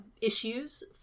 issues